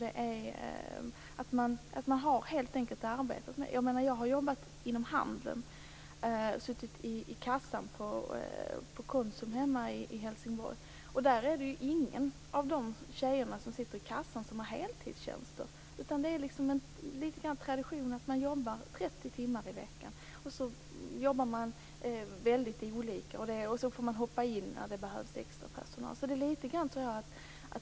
Det är enkelt, och man har helt enkelt arbetat så. Jag har jobbat inom handeln, suttit i kassan på Konsum hemma i Helsingborg. Ingen av de tjejer som sitter i kassan har heltidstjänst. Det är en tradition att man jobbar 30 timmar i veckan. Man jobbar väldigt olika och får hoppa in när det behövs extrapersonal.